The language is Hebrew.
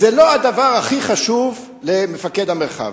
זה לא הדבר הכי חשוב למפקד המרחב,